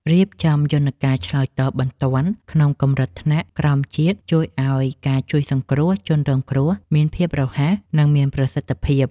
រៀបចំយន្តការឆ្លើយតបបន្ទាន់ក្នុងកម្រិតថ្នាក់ក្រោមជាតិជួយឱ្យការជួយសង្គ្រោះជនរងគ្រោះមានភាពរហ័ស និង មានប្រសិទ្ធភាព។